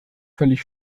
völlig